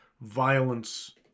violence